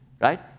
Right